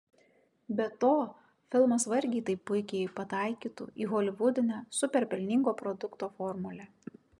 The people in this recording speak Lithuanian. be to filmas vargiai taip puikiai pataikytų į holivudinę super pelningo produkto formulę